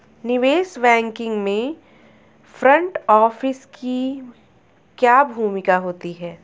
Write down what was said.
निवेश बैंकिंग में front office की क्या भूमिका होती है?